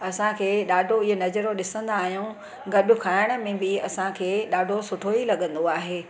असांखे ॾाढो ई नज़ारो ॾिसंदा आहियूं गॾु खाइण में बि असांखे ॾाढो सुठो ई लॻंदो आहे